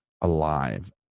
alive